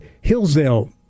Hillsdale